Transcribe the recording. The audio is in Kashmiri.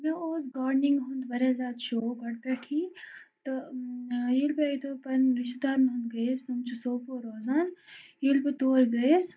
مےٚ اوس گاڈنِنٛگ ہُںٛد واریاہ زیادٕ شوق گۄڈٕ پٮ۪ٹھٕے تہٕ ییٚلہِ بہٕ اَکہِ دۄہ پَنُن رِشتہٕ دارَن ہُنٛد گٔیَس تم چھِ سوپور روزان ییٚلہِ بہٕ تور گٔیَس